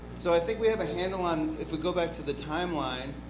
so i think we have a handle on if we go back to the timeline